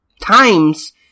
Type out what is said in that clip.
times